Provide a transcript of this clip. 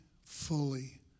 fully